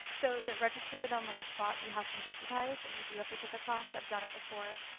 so to register them on the spot, you have to be deputized, and you do have to take a class. i've done it before.